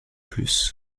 plus